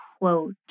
quote